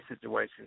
situation